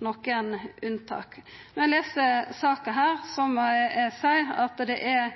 nokre unntak. På bakgrunn av denne saka må eg seia at det er